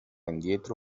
indietro